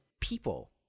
people